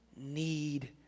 Need